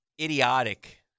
idiotic